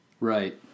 Right